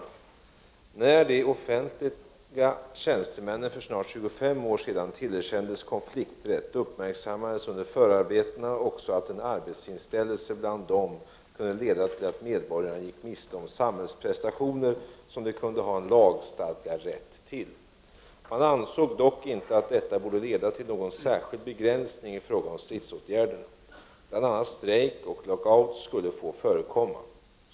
41 När de offentligt anställda tjänstemännen för snart 25 år sedan tillerkändes konflikträtt uppmärksammades under förarbetena också att en arbetsinställelse bland dem kunde leda till att medborgarna gick miste om samhällsprestationer som de kunde ha en lagstadgad rätt till. Man ansåg dock inte att detta borde leda till någon särskild begränsning i fråga om stridsåtgärderna. Bl.a. skulle strejk och lockout få förekomma.